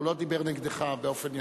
הוא לא דיבר נגדך באופן,